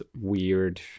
weird